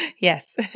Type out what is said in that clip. Yes